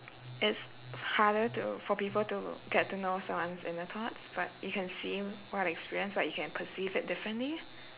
it's harder to for people to get to know someone's inner thoughts but you can see what experience what you can perceives it differently